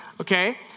Okay